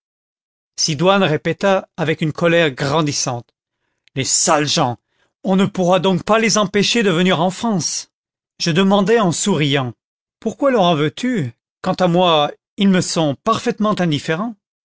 sidoine répéta avec une colère grandissante les sales gens on ne pourra donc pas les empêcher de venir en france je demandai en souriant pourquoi leur en veux-tu quant à moi ils me sont parfaitement indifférents